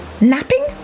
napping